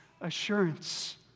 assurance